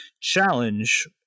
challenge